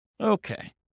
Okay